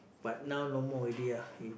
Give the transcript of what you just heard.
but now no more already ah if